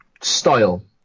style